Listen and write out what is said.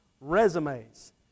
resumes